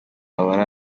abari